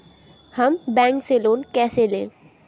हम बैंक से लोन कैसे लें?